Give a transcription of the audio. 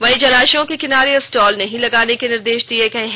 वहीं जलाशयों के किनारे स्टॉल नहीं लगाने के निर्देश दिये गये हैं